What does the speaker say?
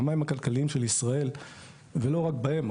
במים הכלכליים של ישראל ולא רק בהם,